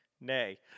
nay